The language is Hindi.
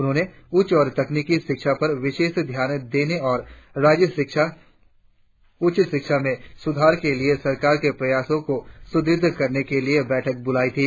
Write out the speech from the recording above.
उन्होंने उच्च और तकनीकि शिक्षा पर विशेष ध्यान देने और उच्च शिक्षा में सुधार के लिए सरकार के प्रयास को सुढ़ढ़ करने के लिए बैठक बुलाइ थी